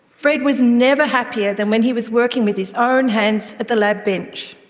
fred was never happier than when he was working with his own hands at the lab bench.